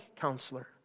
counselor